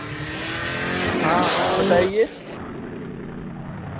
हाँ बताईए